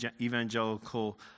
evangelical